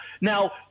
Now